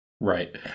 Right